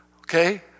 Okay